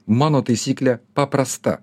mano taisyklė paprasta